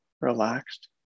relaxed